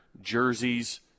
jerseys